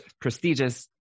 prestigious